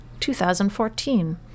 2014